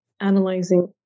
analyzing